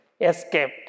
escaped